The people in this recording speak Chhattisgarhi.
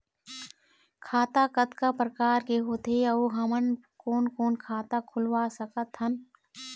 खाता कतका प्रकार के होथे अऊ हमन कोन कोन खाता खुलवा सकत हन?